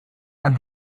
and